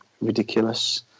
ridiculous